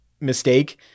mistake